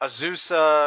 Azusa